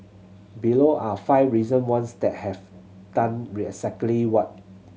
below are five recent ones that have done what